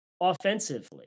offensively